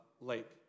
lake